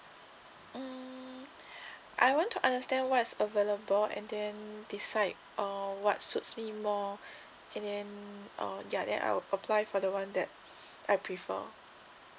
mm I want to understand what's available and then decide uh what suits me more and then uh ya then I will apply for the one that I prefer